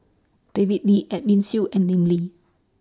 David Lee Edwin Siew and Lim Lee